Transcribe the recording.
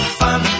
fun